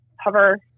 hover